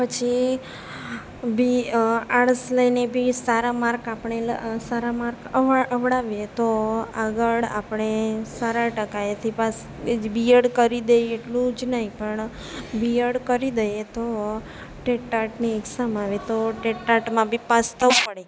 પછી બી આર્ટસ લઈને બી સારા માર્કસ આપણે સારા માર્કસ અવડાવીએ તો આગળ આપણે સારા ટકાએથી પાસ એ જ બીએડ કરી દઈએ એટલું જ નહીં પણ બીએડ કરી દઈએ તો ટેટ ટાટની એક્ઝામ આવે તો ટેટ ટાટમાં બી પાસ થવું પડે